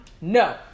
No